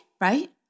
right